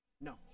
No